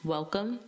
Welcome